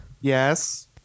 Yes